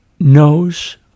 Knows